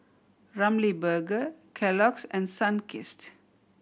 Ramly Burger Kellogg's and Sunkist